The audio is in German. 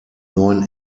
neun